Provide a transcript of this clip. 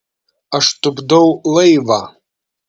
aš tupdau laivą